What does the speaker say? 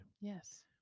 Yes